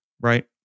Right